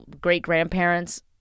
great-grandparents